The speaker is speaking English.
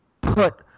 put